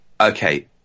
Okay